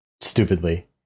stupidly